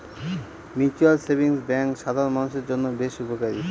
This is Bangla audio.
মিউচুয়াল সেভিংস ব্যাঙ্ক সাধারন মানুষের জন্য বেশ উপকারী